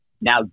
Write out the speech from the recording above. now